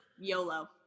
YOLO